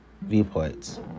viewpoints